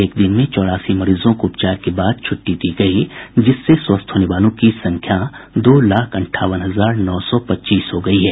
एक दिन में चौरासी मरीजों को उपचार के बाद छुट्टी दी गई जिससे स्वस्थ होने वालों की संख्या दो लाख अंठावन हजार नौ सौ पच्चीस हो गई है